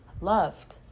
loved